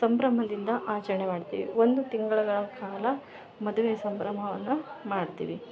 ಸಂಭ್ರಮದಿಂದ ಆಚರಣ ಮಾಡ್ತೀವಿ ಒಂದು ತಿಂಗಳುಗಳ ಕಾಲ ಮದುವೆ ಸಂಭ್ರಮವನ್ನು ಮಾಡ್ತೀವಿ